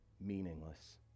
Meaningless